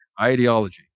ideology